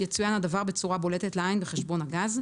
יצוין הדבר בצורה בולטת לעין בחשבון הגז,